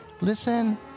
listen